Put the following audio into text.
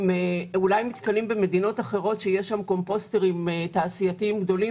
הם מתכלים במדינות שמחזיקות מכשירי קומפוסט תעשייתיים גדולים.